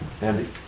Andy